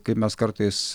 kaip mes kartais